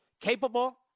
capable